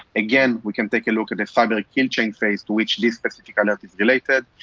again, we can take a look at the cyber like kill chain phase to which this specific alert is related,